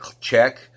check